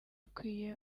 ukwiye